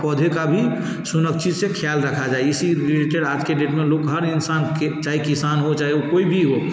पौधे का भी सुरक्षा से ख्याल रखा जाए इसी से रिलेटेड आज के डेट में हम लोग हर इंसान के चाहे किसान हो चाहे वो कोई भी हो